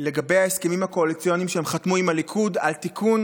לגבי ההסכמים הקואליציוניים שהם חתמו עם הליכוד על תיקון